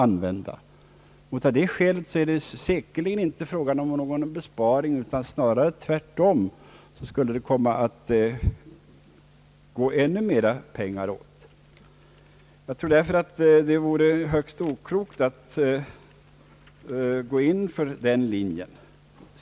Av det skälet skulle det här säkerligen inte bli fråga om någon besparing, utan tvärtom skulle det snarare komma att gå åt ännu mera pengar med det systemet. Det skulle därför vara högst oklokt att gå in för den linjen.